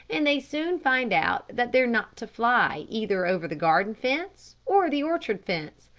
and they soon find out that they're not to fly either over the garden fence or the orchard fence.